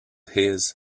his